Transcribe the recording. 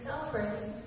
celebrating